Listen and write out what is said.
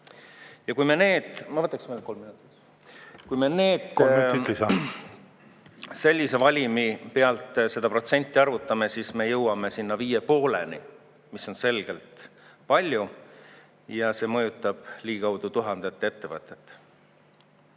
Kui me sellise valimi pealt seda protsenti arvutame, siis me jõuame sinna 5,5-ni, mis on selgelt palju. Ja see mõjutab ligikaudu tuhandet ettevõtet. Nii